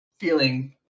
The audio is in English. feeling